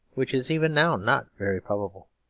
which is even now not very probable.